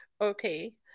Okay